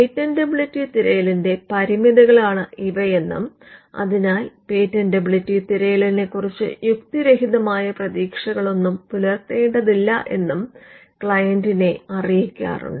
patentability തിരയലിന്റെ പരിമിതികളാണ് ഇവയെന്നും അതിനാൽ പേറ്റന്റബിളിറ്റി തിരയലിനെക്കുറിച്ച് യുക്തിരഹിതമായ പ്രതീക്ഷകളൊന്നും പുലർത്തേണ്ടതില്ല എന്നും ക്ലയന്റിനെ അറിയിക്കാറുണ്ട്